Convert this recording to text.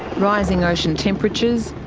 rising ocean temperatures,